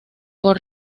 por